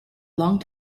long